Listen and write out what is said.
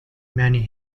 many